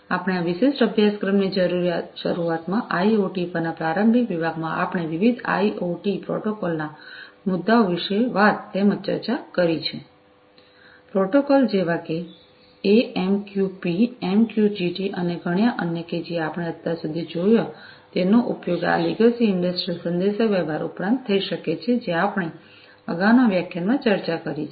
આપણે આ વિશેષ અભ્યાસક્રમની શરૂઆતમાં આઇઓટી પરના પ્રારંભિક વિભાગમાં આપણે વિવિધ આઇઓટી પ્રોટોકોલના મુદ્દાઓ વિશે વાત તેમજ ચર્ચા કરી છે પ્રોટોકોલ જેવા કે એએમક્યુપી એમક્યુટીટી અને ઘણા અન્ય કે જે આપણે અત્યાર સુધી જોયા તેનો ઉપયોગ આ લીગસી ઇંડસ્ટ્રિયલ સંદેશાવ્યવહાર ઉપરાંત થઈ શકે છે જે આપણે અગાઉના વ્યાખ્યાનોમાં ચર્ચા કરી છે